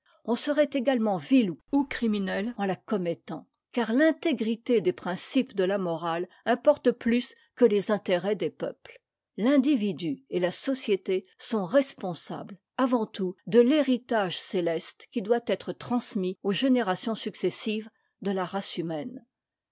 on serait égatement vil ou criminel en la commettant car t'intégrité des principes de la morale importe plus que les intérêts des peuples l'individu et la société sont responsables avant tout de l'héritage céleste qui doit être transmis aux générations successives de la race humaine